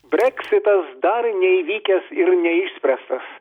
breksitas dar neįvykęs ir neišspręstas